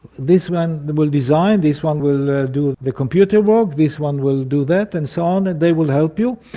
this one will design, this one will do the computer work, this one will do that and so on, and they will help you.